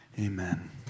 Amen